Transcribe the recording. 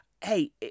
Hey